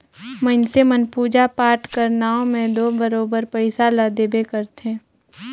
मइनसे मन पूजा पाठ कर नांव में दो बरोबेर पइसा ल देबे करथे